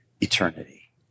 eternity